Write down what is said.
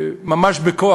ממש בכוח,